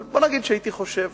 אבל בוא נגיד שהייתי חושב